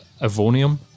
Evonium